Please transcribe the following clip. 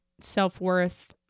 self-worth